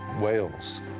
Wales